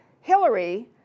Hillary